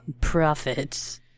profits